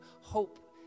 hope